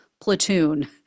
platoon